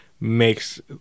makes